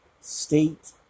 state